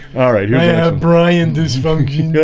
all right, yeah brian this funky. and